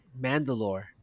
Mandalore